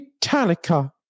Metallica